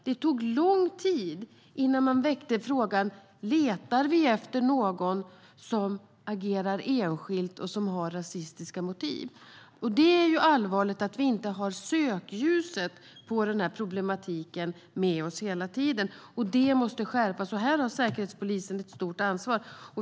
Det tog lång tid innan man väckte frågan: Letar vi efter någon som agerar enskilt och som har rasistiska motiv? Det är allvarligt att vi inte har sökljuset på den här problematiken hela tiden. Det måste skärpas. Här har Säkerhetspolisen ett stort ansvar.